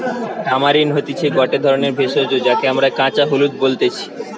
tamarind হতিছে গটে ধরণের ভেষজ যাকে আমরা কাঁচা হলুদ বলতেছি